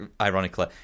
ironically